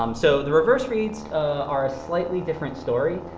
um so the reverse reads are a slightly different story.